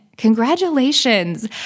congratulations